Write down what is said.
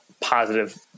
positive